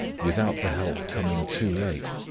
without the help coming too late,